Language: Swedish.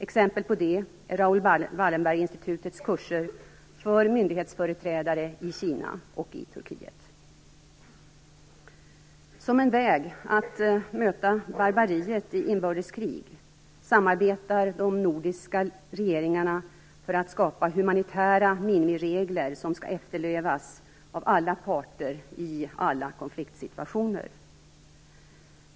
Exempel på det är Som en väg att möta barbariet i inbördeskrig samarbetar de nordiska regeringarna för att skapa humanitära minimiregler som skall efterlevas av alla parter i alla konfliktsituationer.